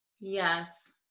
Yes